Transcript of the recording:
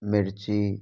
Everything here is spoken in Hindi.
मिर्ची